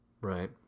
Right